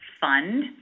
fund